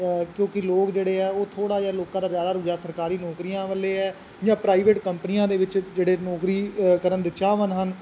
ਕਿਉਂਕਿ ਲੋਕ ਜਿਹੜੇ ਹੈ ਉਹ ਥੋੜ੍ਹਾ ਜਿਹਾ ਲੋਕਾਂ ਦਾ ਜ਼ਿਆਦਾ ਰੁਝਾਨ ਸਰਕਾਰੀ ਨੌਕਰੀਆਂ ਵੱਲ ਹੈ ਜਾਂ ਪ੍ਰਾਈਵੇਟ ਕੰਪਨੀਆਂ ਦੇ ਵਿੱਚ ਜਿਹੜੇ ਨੌਕਰੀ ਅ ਕਰਨ ਦੇ ਚਾਹਵਾਨ ਹਨ